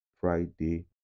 friday